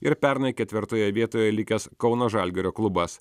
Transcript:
ir pernai ketvirtoje vietoje likęs kauno žalgirio klubas